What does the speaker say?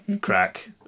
crack